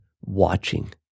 watching